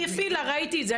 היא הפעילה, ראיתי את זה.